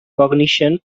cognition